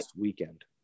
weekend